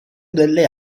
delle